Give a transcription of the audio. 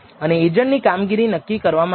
અને એજન્ટ ની કામગીરી નક્કી કરવા માંગશો